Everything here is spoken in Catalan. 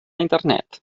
internet